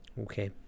Okay